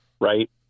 right